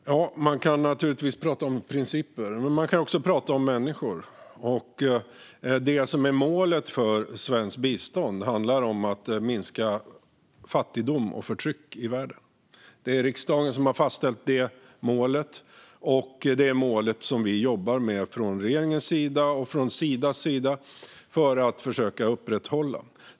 Fru talman! Man kan naturligtvis prata om principer. Men man kan också prata om människor, och det som är målet för svenskt bistånd handlar om att minska fattigdom och förtryck i världen. Det är riksdagen som har fastställt det målet, och det är det målet som regeringen och Sida försöker att upprätthålla.